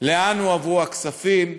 לאן הועברו הכספים,